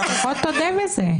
בוא תודה בזה.